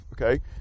okay